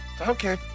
okay